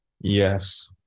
Yes